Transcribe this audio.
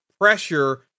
pressure